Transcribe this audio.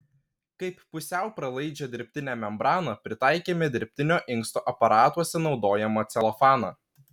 kaip pusiau pralaidžią dirbtinę membraną pritaikėme dirbtinio inksto aparatuose naudojamą celofaną